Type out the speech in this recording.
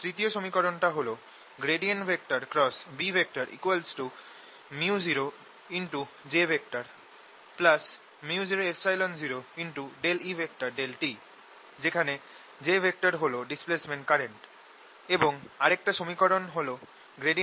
তৃতীয় সমীকরণ টা হল B µojµ00E∂t যেখানে j হল ডিসপ্লেসমেন্ট কারেন্ট এবং আরেকটা সমীকরণ হল B 0